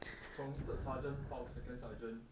从 third sergeant 到 second sergeant